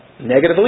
Negatively